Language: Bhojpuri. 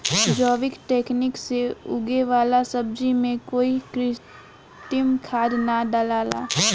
जैविक तकनीक से उगे वाला सब्जी में कोई कृत्रिम खाद ना डलाला